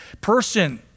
person